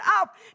up